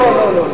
לא, לא, לא.